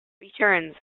returns